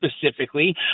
specifically